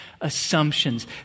assumptions